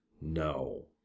No